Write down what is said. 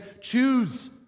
choose